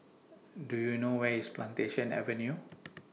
Do YOU know Where IS Plantation Avenue